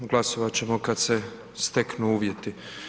Glasovati ćemo kada se steknu uvjeti.